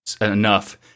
enough